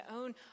own